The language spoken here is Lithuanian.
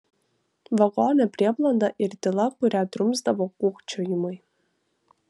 vagone prieblanda ir tyla kurią drumsdavo kūkčiojimai